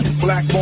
black